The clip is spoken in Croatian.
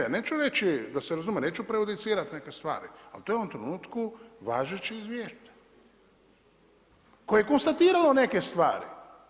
Ja neću reći, da se razumijemo, neću prejudicirati neke stvari ali to je u ovom trenutku važeće izvješće koje je konstatiralo neke stvari.